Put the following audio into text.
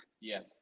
Yes